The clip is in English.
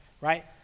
right